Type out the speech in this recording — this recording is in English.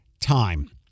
time